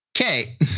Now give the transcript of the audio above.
Okay